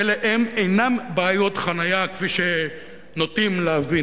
אלה הן אינן בעיות חנייה כפי שנוטים להבין,